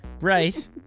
Right